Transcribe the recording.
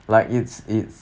like it's it's